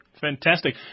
Fantastic